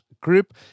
group